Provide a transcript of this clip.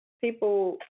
people